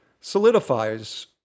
solidifies